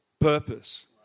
purpose